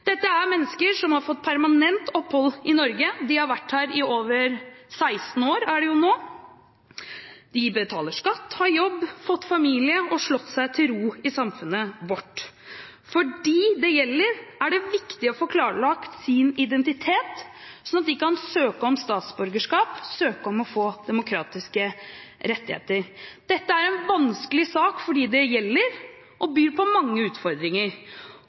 Dette er mennesker som har fått permanent opphold i Norge, og de har nå vært her i over 16 år. De betaler skatt, har jobb, har fått familie og slått seg til ro i samfunnet vårt. For dem det gjelder, er det viktig å få klarlagt sin identitet, slik at de kan søke om statsborgerskap, søke om å få demokratiske rettigheter. Dette er en vanskelig sak for dem det gjelder, og byr på mange utfordringer,